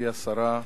גברתי השרה,